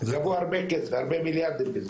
גבו הרבה כסף הרבה מיליארדים.